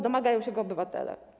Domagają się tego obywatele.